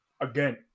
Again